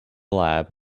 lab